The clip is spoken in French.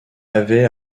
avait